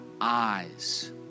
eyes